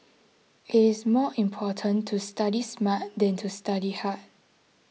it is more important to study smart than to study hard